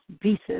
pieces